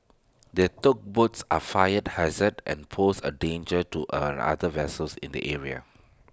these tugboats are A fire hazard and pose A danger to an other vessels in the area